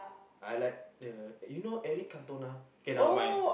I like the you know Eric-Cantona K nevermind